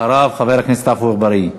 אחריו חבר הכנסת עפו אגבאריה.